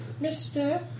mister